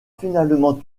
finalement